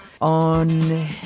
on